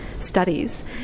studies